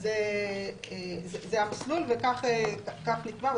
זה המסלול וכך נקבע.